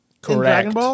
Correct